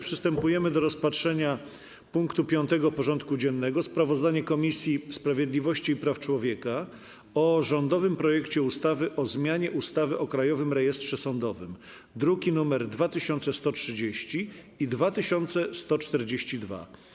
Przystępujemy do rozpatrzenia punktu 5. porządku dziennego: Sprawozdanie Komisji Sprawiedliwości i Praw Człowieka o rządowym projekcie ustawy o zmianie ustawy o Krajowym Rejestrze Sądowym (druki nr 2130 i 2142)